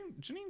Janine